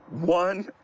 one